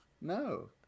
No